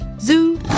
zoo